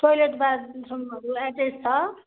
toilet बाथरुमहरू attach छ